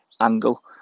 angle